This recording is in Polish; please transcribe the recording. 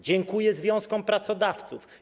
Dziękuję związkom pracodawców.